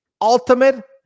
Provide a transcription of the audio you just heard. ultimate